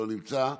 לא נמצא.